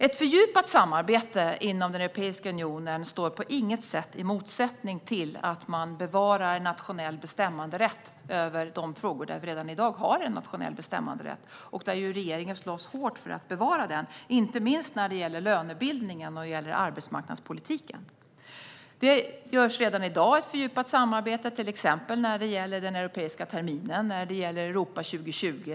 Ett fördjupat samarbete inom Europeiska unionen står på inget sätt i motsättning till att man bevarar nationell bestämmanderätt i de frågor där vi redan i dag har en sådan rätt. Regeringen slåss hårt för att bevara den, inte minst när det gäller lönebildningen och arbetsmarknadspolitiken. Det pågår redan i dag ett fördjupat samarbete, till exempel när det gäller den europeiska terminen och Europa 2020.